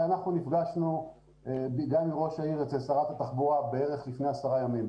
אנחנו נפגשנו עם ראש העיר אצל שרת התחבורה לפני כעשרה ימים.